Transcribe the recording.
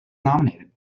nominated